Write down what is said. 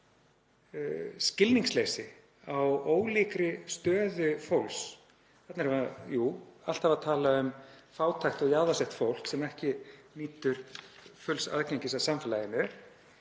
skilningsleysi á ólíkri stöðu fólks. Þarna erum við jú alltaf að tala um fátækt og jaðarsett fólk sem ekki nýtur fulls aðgengis að samfélaginu